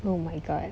oh my god